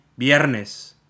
Viernes